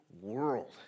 world